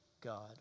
God